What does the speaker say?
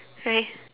right